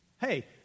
Hey